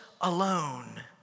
alone